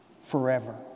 forever